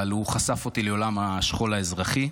אבל הוא חשף אותי לעולם השכול האזרחי.